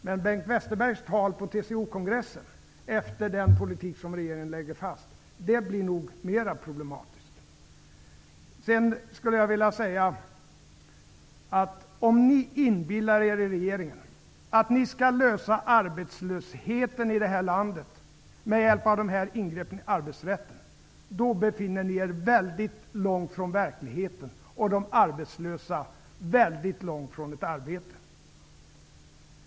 Men med Bengt Westerbergs tal på TCO-kongressen blir det nog mera problematiskt med hänsyn till den politik som regeringen lägger fast. Om ni i regeringen inbillar er att ni med hjälp av ingreppen i arbetsrätten skall komma till rätta med arbetslösheten i det här landet, befinner ni er väldigt långt från verkligheten och de arbetslösa väldigt långt från ett arbete.